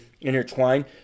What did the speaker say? intertwined